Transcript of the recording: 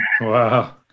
Wow